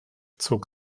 zog